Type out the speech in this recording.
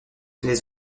les